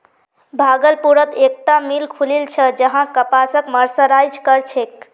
भागलपुरत एकता मिल खुलील छ जहां कपासक मर्सराइज कर छेक